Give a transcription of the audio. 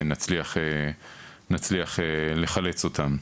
שנצליח לחלץ את הדברים.